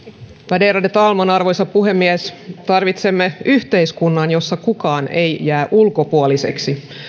värderade talman arvoisa puhemies tarvitsemme yhteiskunnan jossa kukaan ei jää ulkopuoliseksi